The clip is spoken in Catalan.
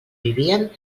vivien